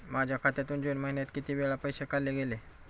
माझ्या खात्यातून जून महिन्यात किती वेळा पैसे काढले गेले?